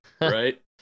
right